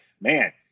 man-